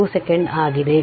2 second ಆಗಿದೆ